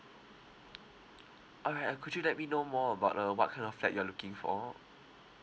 all right uh could you let me know more about uh what kind of flat you are looking for